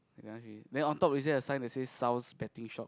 then on top within the sign they say sall's betting shop